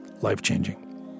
life-changing